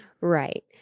Right